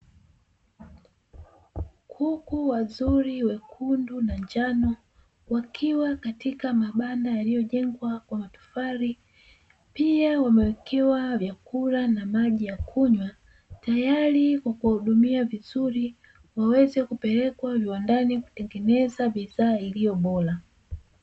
Kuku wazuri wekundu na njano wakiwa katika mabanda yaliyojengwa kwa matofali, pia wamewekewa vyakula na maji ya kunywa tayari, wamewahudumia vizuri waweze kupelekwa viwandani kutengeneza bidhaa iliyobora.